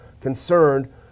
concerned